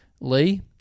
Lee